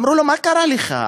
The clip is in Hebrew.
אמרו לו: מה קרה לך?